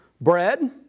bread